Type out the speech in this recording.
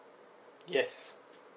yes